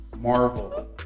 Marvel